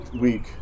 week